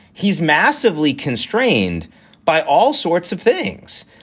he's massively constrained by all sorts of things,